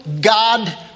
God